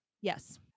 Yes